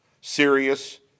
serious